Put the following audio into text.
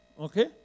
Okay